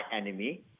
enemy